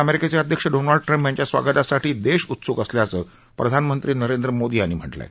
अमेरिकेचे अध्यक्ष Donald Trump यांच्या स्वागतासाठी देश उत्सुक असल्याचं प्रधानमंत्री नरेंद्र मोदी यांनी म्हटलं आहे